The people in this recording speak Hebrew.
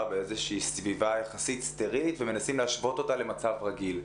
באיזושהי סביבה יחסית סטרילית ומנסים להשוות אותה למצב רגיל.